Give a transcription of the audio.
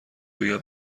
بگم